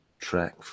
track